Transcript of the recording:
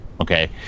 okay